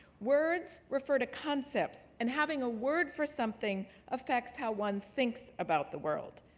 words refer to concepts and having a word for something affects how one thinks about the world.